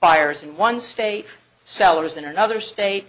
buyers in one state sellers in another state